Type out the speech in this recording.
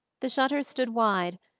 the shutters stood wide,